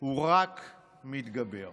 הוא רק מתגבר".